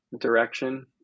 direction